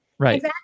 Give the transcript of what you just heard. Right